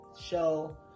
show